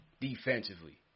Defensively